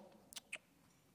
לא.